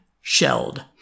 shelled